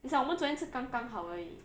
it's like 我们昨天吃刚刚好而已